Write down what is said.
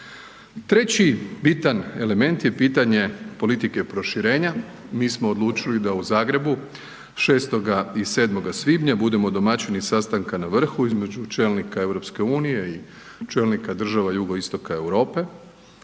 Treći bitan element je pitanje politike proširenja, mi smo odlučili da u Zagrebu 6. i 7. svibnja budemo domaćini sastanka na vrhu između čelnika EU i čelnika država jugoistoka Europe,